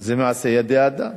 זה מעשה ידי אדם,